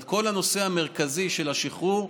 כל הנושא המרכזי של השחרור,